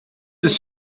ist